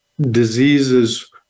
diseases